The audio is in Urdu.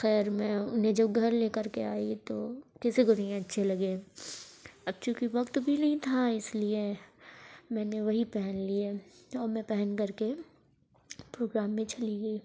خیر میں انہیں جب گھر لے کر کے آئی تو کسی کو نہیں اچھے لگے اب چونکہ وقت بھی نہیں تھا اس لیے میں نے وہی پہن لیے اور میں پہن کر کے پروگرام میں چلی گئی